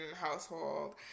household